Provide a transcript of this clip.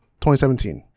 2017